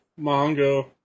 Mongo